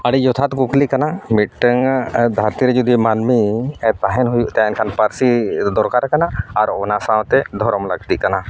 ᱟᱹᱰᱤ ᱡᱚᱛᱷᱟᱛ ᱠᱩᱠᱞᱤ ᱠᱟᱱᱟ ᱢᱤᱫᱴᱟᱝ ᱫᱷᱟᱹᱨᱛᱤᱨᱮ ᱡᱩᱫᱤ ᱢᱟᱱᱢᱤ ᱛᱟᱦᱮᱱ ᱦᱩᱭᱩᱜ ᱛᱟᱭᱟ ᱮᱱᱠᱷᱟᱱ ᱯᱟᱹᱨᱥᱤ ᱫᱚᱨᱠᱟᱨ ᱠᱟᱱᱟ ᱟᱨ ᱚᱱᱟ ᱥᱟᱶᱛᱮ ᱫᱷᱚᱨᱚᱢ ᱞᱟᱹᱠᱛᱤ ᱠᱟᱱᱟ